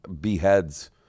beheads